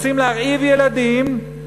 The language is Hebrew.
רוצים להרעיב ילדים,